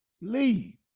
Leave